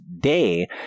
day